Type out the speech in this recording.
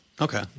Okay